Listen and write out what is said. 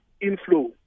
inflow